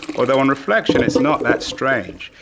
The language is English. although on reflection, it's not that strange.